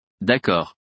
D'accord